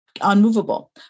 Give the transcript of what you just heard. unmovable